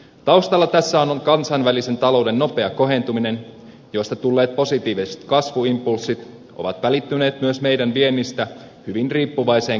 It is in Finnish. taustallahan tässä on kansainvälisen talouden nopea kohentuminen josta tulleet positiiviset kasvuimpulssit ovat välittyneet myös meidän viennistämme hyvin riippuvaiseen kansantalouteemme